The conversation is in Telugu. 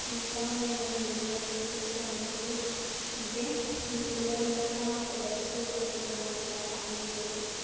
ఇంకా నేను వెళ్లిన ప్లేసెస్ అంటే ఇవే వెళ్లినప్పుడల్లా ఒక బస్సు కట్టుకొని ఇట్లా ఫ్యామిలీ తోటి